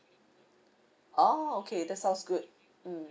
orh okay that's sounds good mm